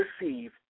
receive